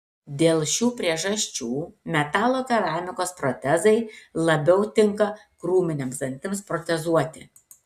dėl šių priežasčių metalo keramikos protezai labiau tinka krūminiams dantims protezuoti